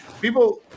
people